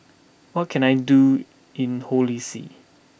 what can I do in Holy See